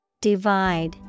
Divide